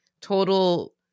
total